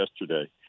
yesterday